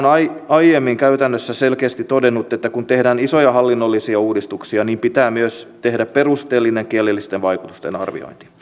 aiemmin käytännössä selkeästi todennut että kun tehdään isoja hallinnollisia uudistuksia niin pitää myös tehdä perusteellinen kielellisten vaikutusten arviointi